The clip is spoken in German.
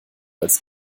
als